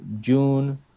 June